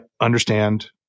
understand